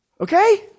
Okay